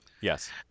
Yes